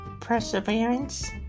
Perseverance